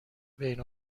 بین